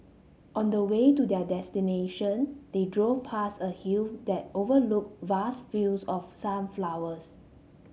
on the way to their destination they drove past a hill that overlooked vast fields of sunflowers